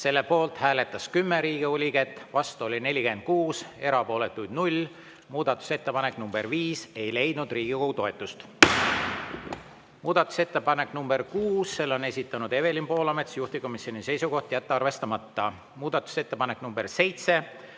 Selle poolt hääletas 10 Riigikogu liiget, vastu oli 46, erapooletuid 0. Muudatusettepanek nr 5 ei leidnud Riigikogu toetust. Muudatusettepanek nr 6, selle on esitanud Evelin Poolamets, juhtivkomisjoni seisukoht: jätta arvestamata. Muudatusettepanek nr 7,